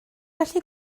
gallu